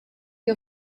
que